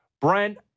Brent